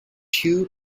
two